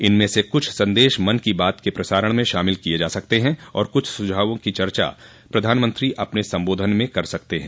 इनमें से कुछ संदेश मन की बात के प्रसारण में शामिल किए जा सकते हैं और कुछ सुझावों की चर्चा प्रधानमंत्री अपने संबोधन में कर सकते हैं